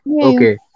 okay